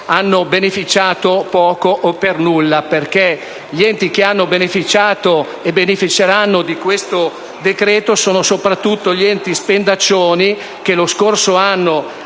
hanno beneficiato poco o per nulla. Infatti, gli enti che hanno beneficiato e beneficeranno di questo decreto sono soprattutto gli enti spendaccioni che lo scorso anno